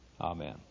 amen